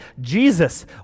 Jesus